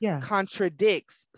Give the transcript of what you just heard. contradicts